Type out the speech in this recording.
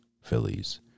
Phillies